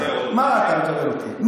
מה, אתה מקבל אותי?